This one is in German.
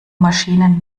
maschinen